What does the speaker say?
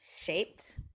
shaped